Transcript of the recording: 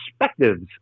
perspectives